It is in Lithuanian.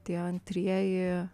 tie antrieji